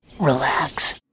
Relax